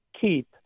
keep